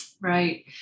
Right